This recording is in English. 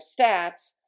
stats